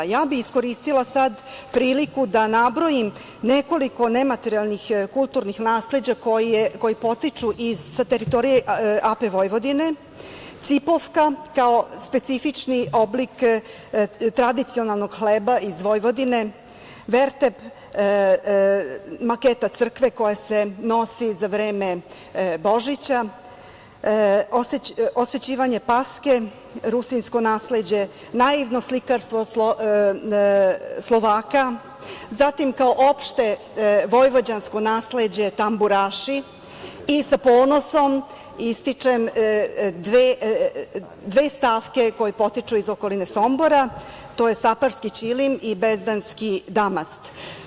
Iskoristila bih sada priliku da nabrojim nekoliko nematerijalnih kulturnih nasleđa koji potiču sa teritorije AP Vojvodine, „cipovka“, kao specifični oblik tradicionalnog hleba iz Vojvodine, „vertep“, maketa crkve koja se nosi za vreme Božića, osvećivanje paske, rusinsko nasleđe, naivno slikarstvo Slovaka, zatim, kao opšte vojvođansko nasleđe, tamburaši, i sa ponosom ističem dve stavke koje potiču iz okoline Sombora, to je staparski ćilim i bezdanski damast.